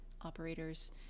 operators